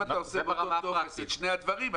אם אתה עושה באותו טופס את שני הדברים,